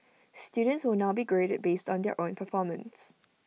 students will now be graded based on their own performance